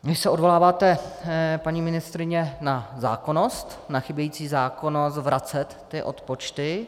Vy se odvoláváte, paní ministryně, na zákonnost, na chybějící zákonnost vracet ty odpočty.